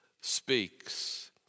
speaks